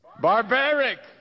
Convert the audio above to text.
Barbaric